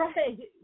Right